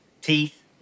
teeth